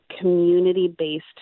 community-based